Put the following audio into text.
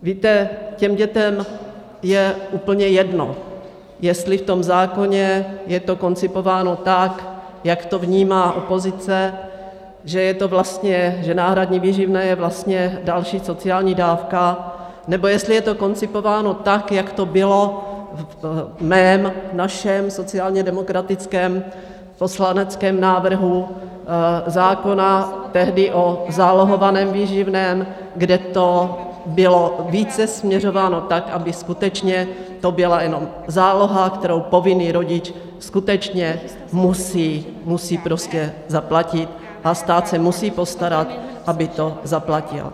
Víte, těm dětem je úplně jedno, jestli v tom zákoně je to koncipováno tak, jak to vnímá opozice, že náhradní výživné je vlastně další sociální dávka, nebo jestli je to koncipováno tak, jak to bylo v mém, v našem sociálně demokratickém poslaneckém návrhu zákona tehdy o zálohovaném výživném, kde to bylo více směřováno tak, aby skutečně to byla jenom záloha, kterou povinný rodič skutečně musí zaplatit a stát se musí postarat, aby to zaplatil.